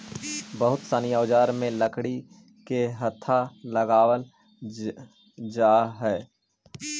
बहुत सनी औजार में लकड़ी के हत्था लगावल जानए लगले हई